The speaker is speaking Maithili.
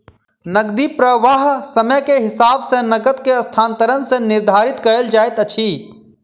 नकदी प्रवाह समय के हिसाब सॅ नकद के स्थानांतरण सॅ निर्धारित कयल जाइत अछि